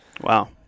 Wow